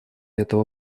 этого